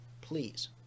Please